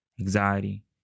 anxiety